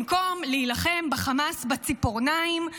במקום להילחם בחמאס בציפורניים,